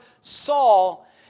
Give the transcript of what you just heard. Saul